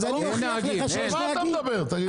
על מה אתה מדבר, תגיד לי?